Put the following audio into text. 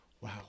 wow